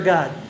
God